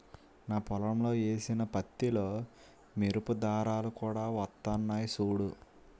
నా పొలంలో ఏసిన పత్తిలో మెరుపు దారాలు కూడా వొత్తన్నయ్ సూడూ